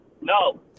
No